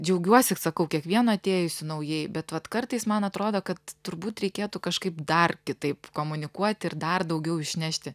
džiaugiuosi sakau kiekvieną atėjusį naujai bet vat kartais man atrodo kad turbūt reikėtų kažkaip dar kitaip komunikuoti ir dar daugiau išnešti